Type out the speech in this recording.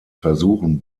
versuchen